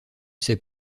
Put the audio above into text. ses